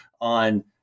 on